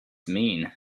mean